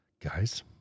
guys